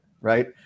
right